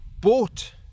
bought